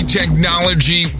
technology